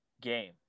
game